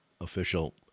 official